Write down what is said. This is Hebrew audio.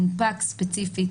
הסכומים הם לא סכומים משמעותיים.